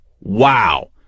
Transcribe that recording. wow